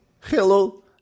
Hello